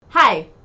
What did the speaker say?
Hi